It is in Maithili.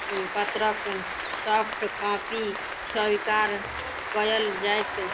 पत्रक सॉफ्टकॉपी स्वीकार कयल जाएत